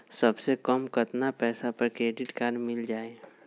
सबसे कम कतना पैसा पर क्रेडिट काड मिल जाई?